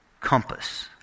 compass